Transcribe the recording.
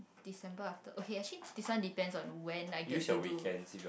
December after okay actually this one depends on when I get to do